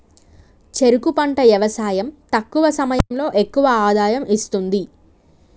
చెరుకు పంట యవసాయం తక్కువ సమయంలో ఎక్కువ ఆదాయం ఇస్తుంది